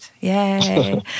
Yay